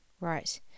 Right